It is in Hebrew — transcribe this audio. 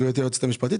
גברתי היועצת המשפטית,